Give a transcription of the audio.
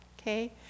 Okay